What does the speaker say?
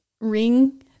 ring